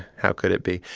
how could it be?